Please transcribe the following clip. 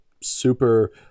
super